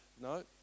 No